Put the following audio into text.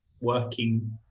working